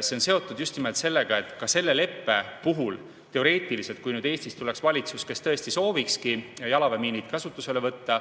See on seotud just nimelt sellega, et ka selle leppe puhul, teoreetiliselt, kui Eestisse tuleks valitsus, kes tõesti soovikski jalaväemiinid kasutusele võtta